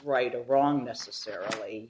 right or wrong necessarily